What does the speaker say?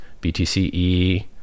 BTCE